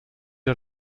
are